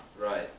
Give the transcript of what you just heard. Right